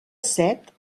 set